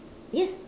yes